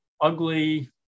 ugly